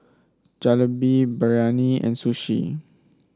Jalebi Biryani and Sushi